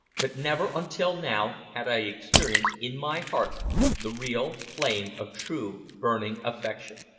but never until now had i experienced in my heart the real flame of true burning affection.